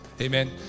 Amen